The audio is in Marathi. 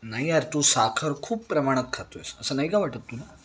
नाही यार तू साखर खूप प्रमाणात खातो आहेस असं नाही का वाटत तुला